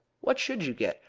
what should you get?